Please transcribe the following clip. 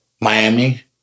Miami